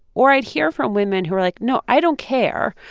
or i'd hear from women who were like, no, i don't care.